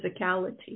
physicality